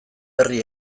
berri